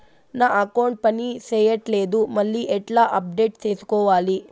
నా అకౌంట్ పని చేయట్లేదు మళ్ళీ ఎట్లా అప్డేట్ సేసుకోవాలి?